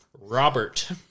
Robert